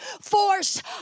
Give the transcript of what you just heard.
force